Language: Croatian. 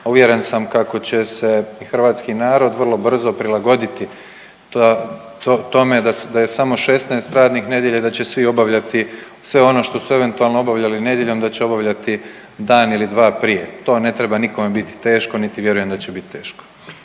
uvjeren sam kako će se hrvatski narod vrlo brzo prilagoditi tome da je samo 16 radnih nedjelja i da će svi obavljati sve ono što su eventualno obavljali nedjeljom da će obavljati dan ili dva prije, to ne treba nikome biti teško, niti vjerujem da će bit teško.